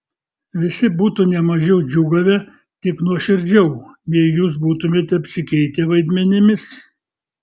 visi būtų ne mažiau džiūgavę tik nuoširdžiau jei jūs būtumėte apsikeitę vaidmenimis